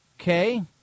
Okay